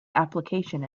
application